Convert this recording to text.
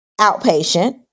outpatient